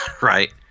right